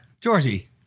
Georgie